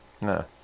No